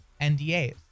NDAs